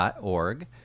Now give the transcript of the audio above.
org